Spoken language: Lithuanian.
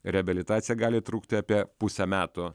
reabilitacija gali trukti apie pusę metų